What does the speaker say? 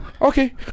Okay